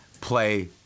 play